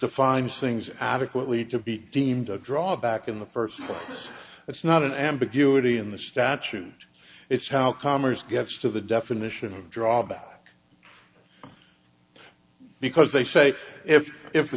defines things adequately to be deemed a drawback in the first place it's not an ambiguity in the statute it's how commerce gets to the definition of drawback because they say if if the